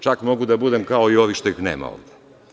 Čak mogu da budem kao i ovi što ih nema ovde.